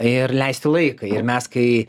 ir leisti laiką ir mes kai